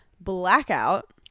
Blackout